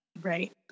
Right